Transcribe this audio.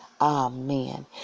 Amen